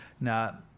Now